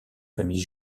famille